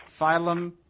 phylum